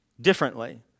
differently